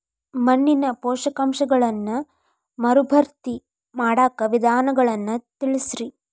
ಮಣ್ಣಿನ ಪೋಷಕಾಂಶಗಳನ್ನ ಮರುಭರ್ತಿ ಮಾಡಾಕ ವಿಧಾನಗಳನ್ನ ತಿಳಸ್ರಿ